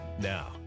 Now